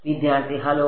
വിദ്യാർത്ഥി ഹലോ